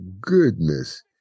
goodness